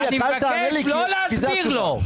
אני מבקש לא להסביר לו.